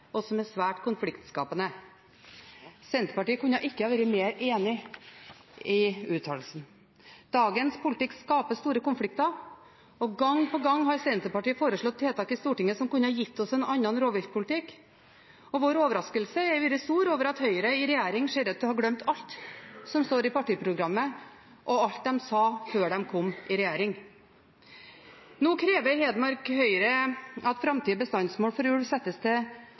og som er svært konfliktskapende.» Senterpartiet kunne ikke vært mer enig i uttalelsen. Dagens politikk skaper store konflikter. Gang på gang har Senterpartiet foreslått tiltak i Stortinget som kunne gitt oss en annen rovviltpolitikk, og vår overraskelse har vært stor over at Høyre i regjering ser ut til å ha glemt alt som står i partiprogrammet, og alt de sa før de kom i regjering. Nå krever Hedmark Høyre at framtidige bestandsmål for ulv settes til